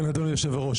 כן, אדוני היושב ראש.